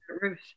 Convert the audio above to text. Ruth